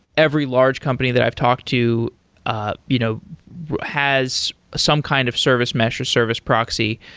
every large company that i've talked to ah you know has some kind of service mesh or service proxy,